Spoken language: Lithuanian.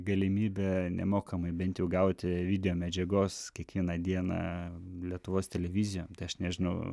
galimybę nemokamai bent jau gauti video medžiagos kiekvieną dieną lietuvos televizijom aš nežinau